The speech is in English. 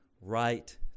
right